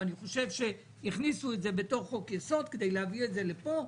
ואני חושב שהכניסו את זה בתוך חוק-יסוד כדי להביא את זה לפה,